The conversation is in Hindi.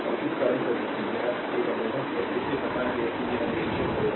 और इस करंट को देखिए यह एक अवरोधक है जिसे पता है कि यह निरीक्षण करेगा